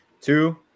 Two